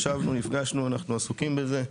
ישבנו, נפגשנו, אנחנו עסוקים בזה,